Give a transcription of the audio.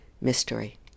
mystery